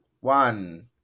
One